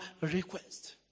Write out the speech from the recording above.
request